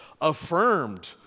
affirmed